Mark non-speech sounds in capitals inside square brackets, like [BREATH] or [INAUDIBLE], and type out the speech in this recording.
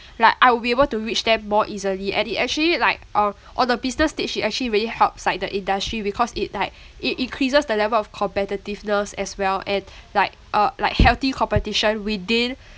like I'll be able to reach them more easily and it actually like uh on a business stage it actually really helps like the industry because it like [BREATH] it increases the level of competitiveness as well and [BREATH] like uh like healthy competition within [BREATH]